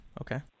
Okay